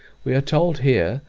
we are told here,